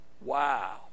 Wow